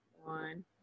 One